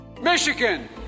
Michigan